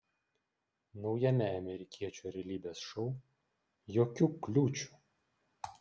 naujame amerikiečių realybės šou jokių kliūčių